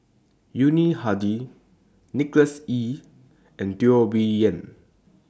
Yuni Hadi Nicholas Ee and Teo Bee Yen